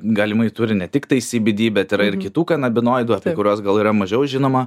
galimai turi ne tiktai sybydy bet yra ir kitų kanabinoidų apie kuriuos gal yra mažiau žinoma